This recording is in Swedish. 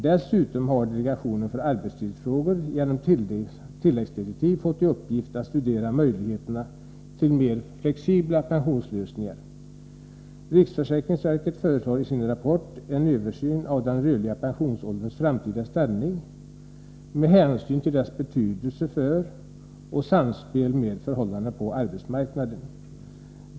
Dessutom har delegationen för arbetslivsfrågor genom tilläggsdirektiv fått i uppgift att studera möjligheterna till mera flexibla pensionslösningar. Riksförsäkringsverket föreslår i sin rapport en översyn av den rörliga pensionsålderns framtida ställning med hänsyn till dess betydelse för och samspel med förhållandena på arbetsmarknaden.